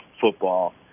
football